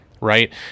right